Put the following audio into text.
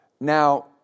Now